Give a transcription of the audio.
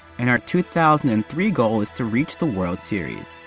and our two thousand and three goal is to reach the world series.